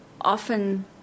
often